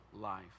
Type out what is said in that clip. life